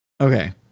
Okay